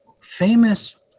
famous